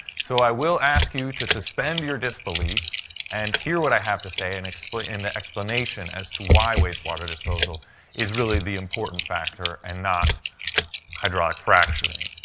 so i will ask you to suspend your disbelief and hear what i have to say and the explanation as to why wastewater disposal is really the important factor and not hydraulic fracturing.